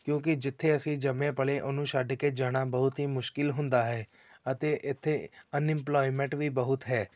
ਕਿਉਂਕਿ ਜਿੱਥੇ ਅਸੀਂ ਜੰਮੇ ਪਲੇ ਉਹਨੂੰ ਛੱਡ ਕੇ ਜਾਣਾ ਬਹੁਤ ਹੀ ਮੁਸ਼ਕਿਲ ਹੁੰਦਾ ਹੈ ਅਤੇ ਇੱਥੇ ਅਨਇਮਪਲੋਇਮੈਂਟ ਵੀ ਬਹੁਤ ਹੈ